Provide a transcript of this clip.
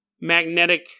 magnetic